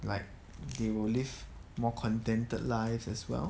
like they will live more contented life as well